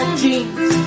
jeans